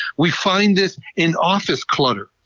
we find this in office clutter.